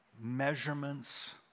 measurements